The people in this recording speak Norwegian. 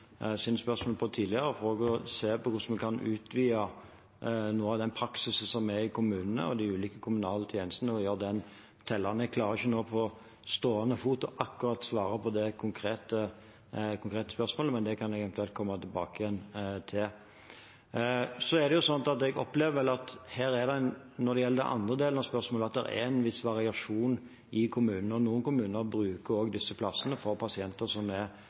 på tidligere, for å se på hvordan vi kan utvide den praksisen som er i kommunene, i de ulike kommunale tjenestene, og gjøre den tellende. Jeg klarer ikke på stående fot akkurat å svare på det konkrete spørsmålet, men det kan jeg eventuelt komme tilbake til. Jeg opplever vel, når det gjelder det andre spørsmålet, at det er en viss variasjon i kommunene. Noen kommuner bruker også disse plassene for pasienter som er